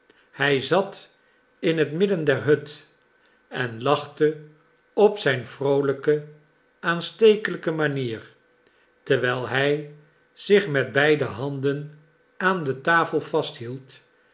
hij zat in het midden der hut en lachte op zijn vroolijke aanstekelijke manier terwijl hij zich met beide handen aan de tafel vasthield